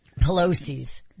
Pelosi's